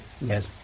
Yes